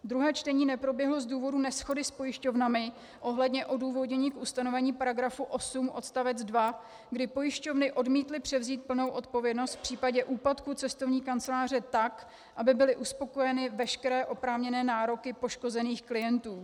Druhé čtení neproběhlo z důvodu neshody s pojišťovnami ohledně odůvodnění k ustanovení § 8 odst. 2, kdy pojišťovny odmítly převzít plnou odpovědnost v případě úpadku cestovní kanceláře tak, aby byly uspokojeny veškeré oprávněné nároky poškozených klientů.